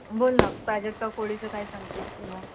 बोल ना प्राजक्ता कोळीचं काय सांगतेस तू मग